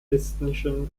estnischen